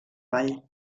vall